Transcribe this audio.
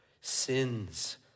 Sins